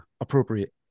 appropriate